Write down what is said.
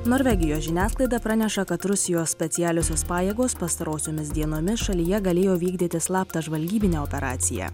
norvegijos žiniasklaida praneša kad rusijos specialiosios pajėgos pastarosiomis dienomis šalyje galėjo vykdyti slaptą žvalgybinę operaciją